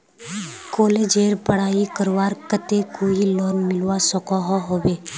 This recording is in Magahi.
कॉलेजेर पढ़ाई करवार केते कोई लोन मिलवा सकोहो होबे?